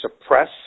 suppress